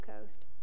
Coast